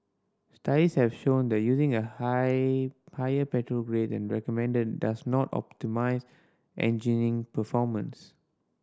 studies have shown that using a high higher petrol grade than recommended does not optimise engine performance